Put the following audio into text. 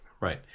right